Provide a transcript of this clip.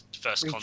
first